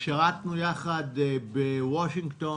שירתנו יחד בוושינגטון,